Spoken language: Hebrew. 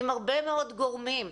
עם הרבה מאוד גורמים,